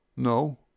No